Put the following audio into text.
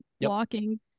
walking